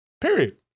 Period